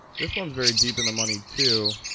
this one's very deep in the money to.